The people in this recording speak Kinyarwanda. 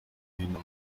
hino